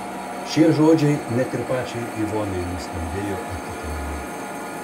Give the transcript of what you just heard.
šie žodžiai net ir pačiai ivonai nuskambėjo įtikinamai